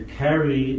carry